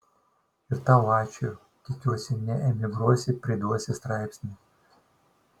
ir tau ačiū tikiuosi neemigruosi priduosi straipsnį